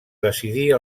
decidir